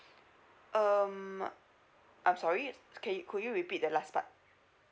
um I'm sorry can you could you repeat the last part